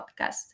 podcast